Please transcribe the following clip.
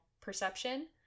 perception